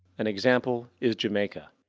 an example is jamaica,